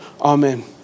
Amen